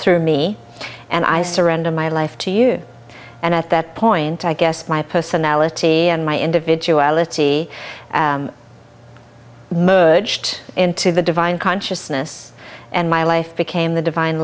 through me and i surrender my life to you and at that point i guess my personality and my individuality merged into the divine consciousness and my life became the divine